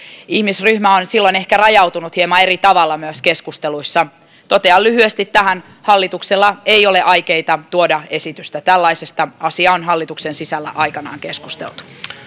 ihmisryhmä on silloin ehkä rajautunut hieman eri tavalla myös keskusteluissa totean lyhyesti tähän hallituksella ei ole aikeita tuoda esitystä tällaisesta asia on hallituksen sisällä aikanaan keskusteltu